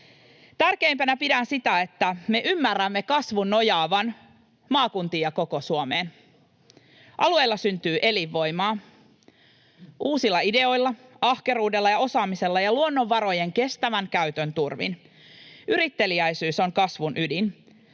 Tärkeimpänä pidän sitä, että me ymmärrämme kasvun nojaavaan maakuntiin ja koko Suomeen. Alueilla syntyy elinvoimaa uusilla ideoilla, ahkeruudella, osaamisella ja luonnonvarojen kestävän käytön turvin. Yritteliäisyys on kasvun ydin.